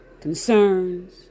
concerns